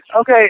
Okay